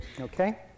okay